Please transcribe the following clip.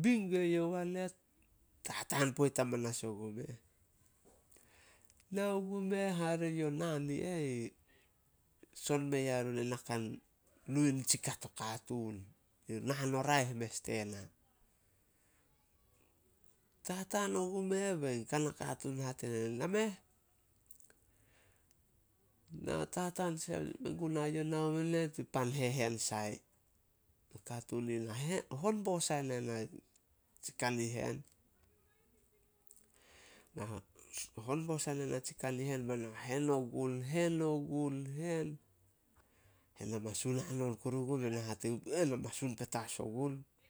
bi gue youh walet, tataan poit amanas ogumeh. Nao gumeh hare yo naan i eh son mea run ena ka nu nitsi ka to katuun. Naan o raeh mes tena. Tataan ogumeh bei kana katuun hate ne na, "Nameh." Na tataan sai mengunae youh, nao nen, tin pan hehen sai. Nakatuun ni ih na hon sai bo ne na tsi kanihen. Na hon bo sai ne na tsi kanihen bena hen ogun- hen ogun- hen. Hen a masun hanon kuru ogun, bena hate gue youh, "Na masun petas ogun."